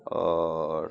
आओर